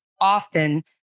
often